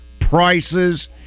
prices